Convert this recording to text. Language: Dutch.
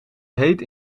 heet